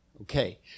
Okay